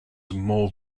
more